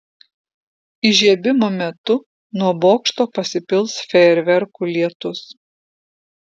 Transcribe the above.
įžiebimo metu nuo bokšto pasipils fejerverkų lietus